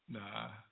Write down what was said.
Nah